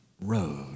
road